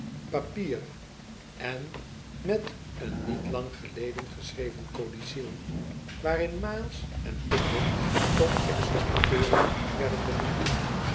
papier en met een niet lang geleden geschreven codicil waarin miles en pickwick tot executeuren werden benoemd